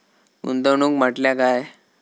गुंतवणूक म्हटल्या काय?